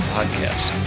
Podcast